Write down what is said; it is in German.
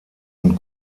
und